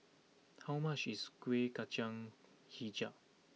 how much is Kueh Kacang HiJau